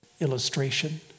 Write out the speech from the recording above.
illustration